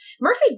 murphy